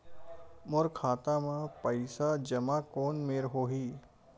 मोर खाता मा पईसा जमा कोन मेर होही?